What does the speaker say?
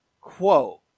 quote